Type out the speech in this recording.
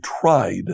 tried